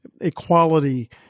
equality